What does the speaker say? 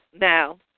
Now